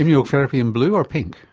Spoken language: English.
immunotherapy in blue or pink?